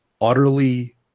utterly